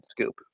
scoop